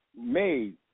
made